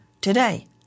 today